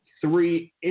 three